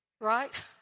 right